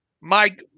Mike